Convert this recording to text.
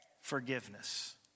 Forgiveness